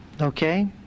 okay